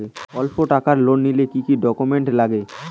অল্প টাকার লোন নিলে কি কি ডকুমেন্ট লাগে?